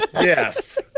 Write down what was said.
Yes